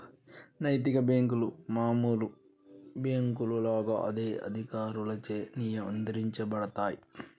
నైతిక బ్యేంకులు మామూలు బ్యేంకుల లాగా అదే అధికారులచే నియంత్రించబడతయ్